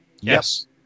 Yes